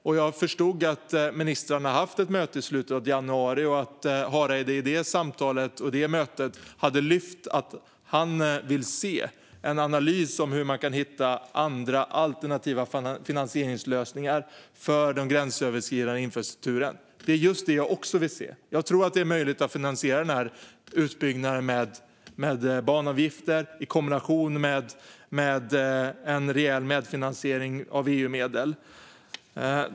Jag har förstått att ministrarna har haft ett möte i slutet av januari och att Hareide då hade lyft fram att han vill se en analys av hur man kan hitta andra alternativa finansieringslösningar för den gränsöverskridande infrastrukturen. Det är just det som jag också vill se. Jag tror att det är möjligt att finansiera denna utbyggnad med banavgifter i kombination med en rejäl medfinansiering av EU-medel.